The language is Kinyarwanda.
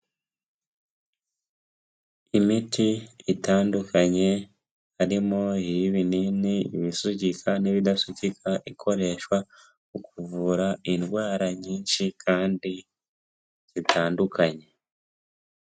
Imiti itandukanye harimo iy'ibinini, ibisukika n'ibidasukika, ikoreshwa mu kuvura indwara nyinshi kandi zitandukanye.